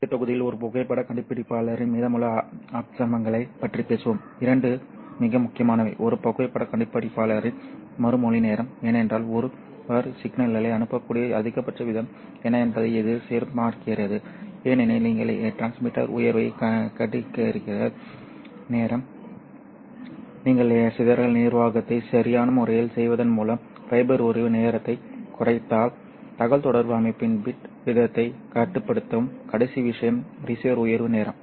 இந்த தொகுதியில் ஒரு புகைப்படக் கண்டுபிடிப்பாளரின் மீதமுள்ள அம்சங்களைப் பற்றி பேசுவோம் இரண்டு மிக முக்கியமானவை ஒரு புகைப்படக் கண்டுபிடிப்பாளரின் மறுமொழி நேரம் ஏனென்றால் ஒருவர் சிக்னல்களை அனுப்பக்கூடிய அதிகபட்ச வீதம் என்ன என்பதை இது தீர்மானிக்கிறது ஏனெனில் நீங்கள் டிரான்ஸ்மிட்டர் உயர்வைக் கடக்கிறீர்கள் நேரம் நீங்கள் சிதறல் நிர்வாகத்தை சரியான முறையில் செய்வதன் மூலம் ஃபைபர் உயர்வு நேரத்தைக் குறைத்தால் தகவல்தொடர்பு அமைப்பின் பிட் வீதத்தைக் கட்டுப்படுத்தும் கடைசி விஷயம் ரிசீவர் உயர்வு நேரம்